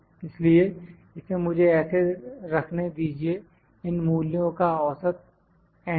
इसलिए इसे मुझे ऐसे रखने दीजिए इन मूल्यों का औसत एंटर